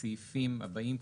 בסעיפים הבאים,